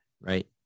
right